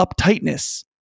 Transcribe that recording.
uptightness